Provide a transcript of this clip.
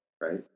right